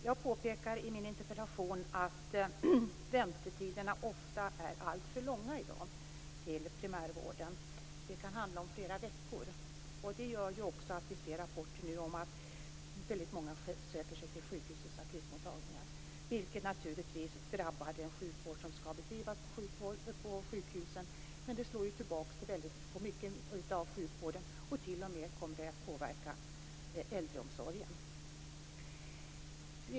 Jag påpekar i min interpellation att väntetiderna i dag till primärvården ofta är alltför långa. Det kan handla om flera veckor. Det gör ju också att vi nu kan se rapporter om att väldigt många söker sig till sjukhusens akutmottagningar, vilket naturligtvis slår tillbaka på den sjukvård som skall bedrivas på sjukhusen. Det kommer t.o.m. att påverka äldreomsorgen.